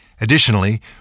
Additionally